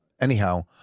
Anyhow